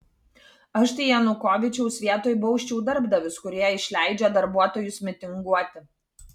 aš tai janukovyčiaus vietoj bausčiau darbdavius kurie išleidžia darbuotojus mitinguoti